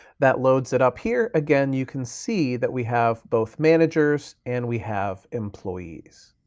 that loads it up here. again you can see that we have both managers and we have employees.